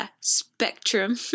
spectrum